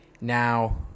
Now